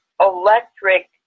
Electric